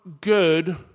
good